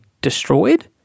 destroyed